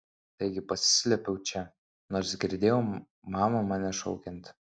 taigi pasislėpiau čia nors girdėjau mamą mane šaukiant